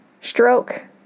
stroke